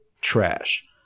trash